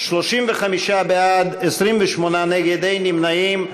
35 בעד, 28 נגד, ואין נמנעים.